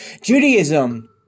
Judaism